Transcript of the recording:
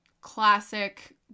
classic